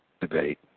debate